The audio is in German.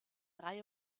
drei